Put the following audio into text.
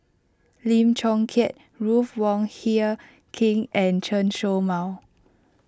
Lim Chong Keat Ruth Wong Hie King and Chen Show Mao